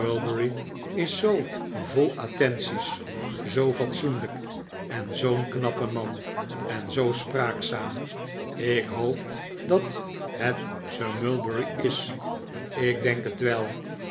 is zoo vol attenties zoo fatsoenlijk en zoo'n knappe man en zoo spraakzaam ik hoop dat het sir mulberry is ik denk het wel